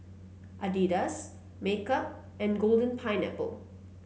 Adidas MKUP and Golden Pineapple